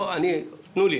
שאלה קצרה בתור אבא של ילד.